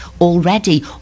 already